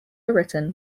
written